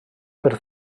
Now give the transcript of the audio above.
per